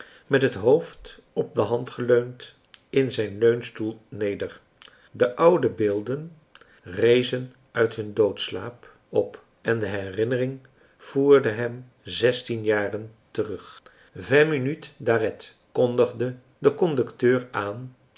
met het hoofd op de hand geleund in zijn leuningstoel neder de oude beelden rezen uit hun doodslaap op en de herinnering voerde hem zestien jaren terug vingt minutes d'arrêt kondigde de conducteur aan